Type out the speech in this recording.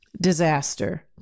Disaster